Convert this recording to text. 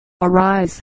arise